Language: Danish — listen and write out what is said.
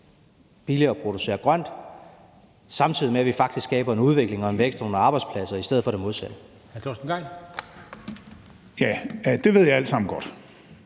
billigere at producere grønt, samtidig med at vi faktisk skaber en udvikling og en vækst og nogle arbejdspladser i stedet for det modsatte.